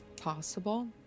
possible